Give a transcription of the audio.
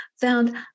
found